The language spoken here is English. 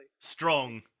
Strong